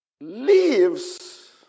leaves